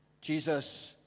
Jesus